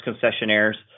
concessionaires